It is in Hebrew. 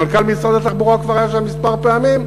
מנכ"ל משרד התחבורה כבר היה שם כמה פעמים,